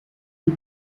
uyu